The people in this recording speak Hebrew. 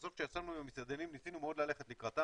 בסוף כשישבנו עם המסעדנים ניסינו מאוד ללכת לקראתם,